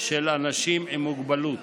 של אנשים עם מוגבלות